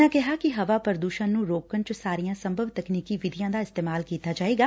ਉਨ੍ਹਾਂ ਕਿਹਾ ਕਿ ਹਵਾ ਪ੍ਰਦੂਸ਼ਣ ਨੂੰ ਰੋਕਣ ਚ ਸਾਰੀਆਂ ਸੰਭਵ ਤਕਨੀਕੀ ਵਿਧੀਆਂ ਦਾ ਇਸਤੇਮਾਲ ਕੀਤਾ ਜਾਏਗਾ